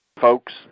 folks